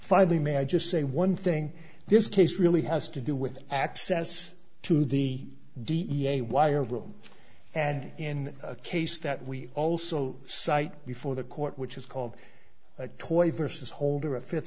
finally may i just say one thing this case really has to do with access to the da wire room and in a case that we also cite before the court which is called a toy versus holder a fifth